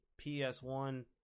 ps1